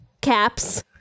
caps